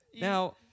Now